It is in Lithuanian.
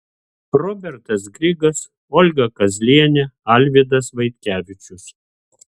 robertas grigas olga kazlienė alvydas vaitkevičius